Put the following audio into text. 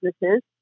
businesses